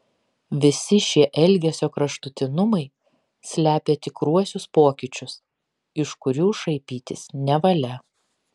visi šie elgesio kraštutinumai slepia tikruosius pokyčius iš kurių šaipytis nevalia